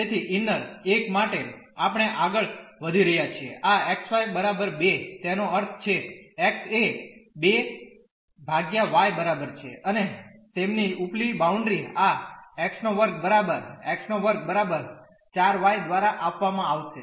તેથી ઇન્નર એક માટે આપણે આગળ વધી રહ્યા છીએ આ xy 2 તેનો અર્થ છે x એ 2 y બરાબર છે અને તેમની ઉપલી બાઉન્ડ્રી આ x2 બરાબર x2 બરાબર 4 y દ્વારા આપવામાં આવશે